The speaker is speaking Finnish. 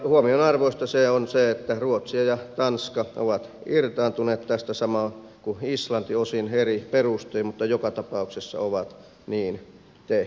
huomionarvoista on se että ruotsi ja tanska ovat irtaantuneet tästä samoin kuin islanti osin eri perustein mutta joka tapauksessa ovat niin tehneet